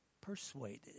persuaded